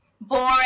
boring